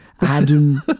Adam